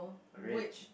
red